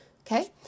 Okay